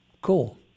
Cool